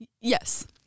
Yes